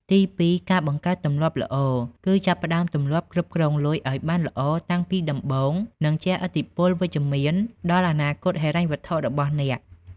ទីពីរ ការបង្កើតទម្លាប់ល្អ គឺចាប់ផ្តើមទម្លាប់គ្រប់គ្រងលុយឱ្យបានល្អតាំងពីដំបូង នឹងជះឥទ្ធិពលវិជ្ជមានដល់អនាគតហិរញ្ញវត្ថុរបស់អ្នក។